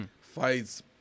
Fights